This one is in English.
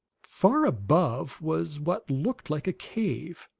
far above was what looked like a cave,